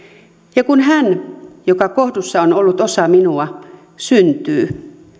ja kun hän joka kohdussa on ollut osa minua syntyy